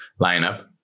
lineup